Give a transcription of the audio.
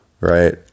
right